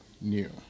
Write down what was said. new